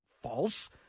false